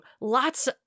lots